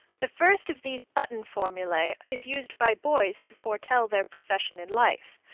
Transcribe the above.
the first of these button formulae is used by boys to foretell their profession in life.